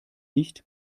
nicht